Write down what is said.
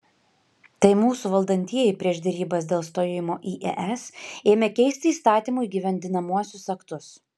tai mūsų valdantieji prieš derybas dėl stojimo į es ėmė keisti įstatymų įgyvendinamuosius aktus